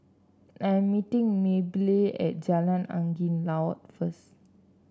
I'm meeting Maybelle at Jalan Angin Laut first